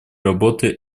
работы